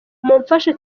mumfashe